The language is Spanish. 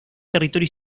territorio